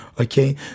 Okay